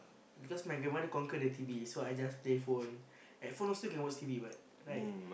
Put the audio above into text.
because my grandmother conquer the T_V so I just play phone at phone still can watch T_V what right